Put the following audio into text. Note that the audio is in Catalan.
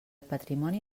patrimoni